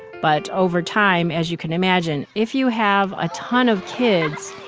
but over time, as you can imagine, if you have a ton of kids.